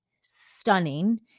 stunning